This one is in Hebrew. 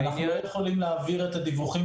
אנחנו לא יכולים להעביר את הדיווחים